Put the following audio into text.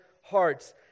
hearts